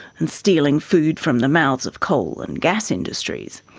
and stealing food from the mouths of coal and gas industries.